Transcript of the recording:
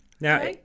Now